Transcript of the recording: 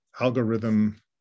algorithm